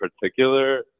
particular